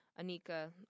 Anika